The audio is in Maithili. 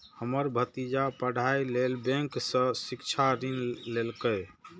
हमर भतीजा पढ़ाइ लेल बैंक सं शिक्षा ऋण लेलकैए